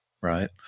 right